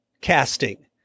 casting